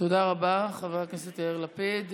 תודה רבה, חבר הכנסת יאיר לפיד.